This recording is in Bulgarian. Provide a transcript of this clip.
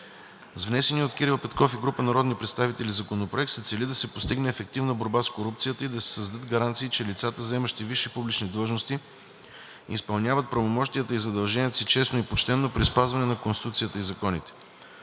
С внесения от Кирил Петков и група народни представители законопроект се цели да се постигне ефективна борба с корупцията и да се създадат гаранции, че лицата, заемащи висши публични длъжности, изпълняват правомощията и задълженията си честно и почтено при спазване на Конституцията и законите.